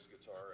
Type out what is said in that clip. guitar